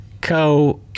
Co